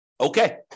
Okay